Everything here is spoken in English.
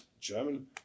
German